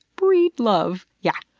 breed love. yeah.